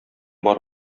бар